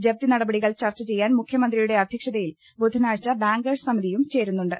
ജപ്തിനടപടികൾ ചർച്ച ചെയ്യാൻ മുഖ്യമ ന്ത്രിയുടെ അധ്യക്ഷതയിൽ ബുധനാഴ്ച ബാങ്കേഴ്സ് സമിതിയും ചേരുന്നുണ്ട്